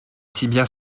tibias